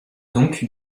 donc